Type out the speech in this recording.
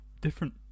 different